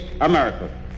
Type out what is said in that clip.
america